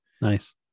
Nice